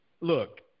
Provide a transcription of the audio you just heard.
look